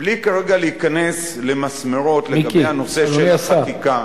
בלי כרגע להיכנס למסמרות לגבי הנושא של החקיקה,